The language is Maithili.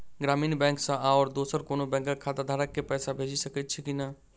ग्रामीण बैंक सँ आओर दोसर कोनो बैंकक खाताधारक केँ पैसा भेजि सकैत छी की नै?